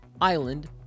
island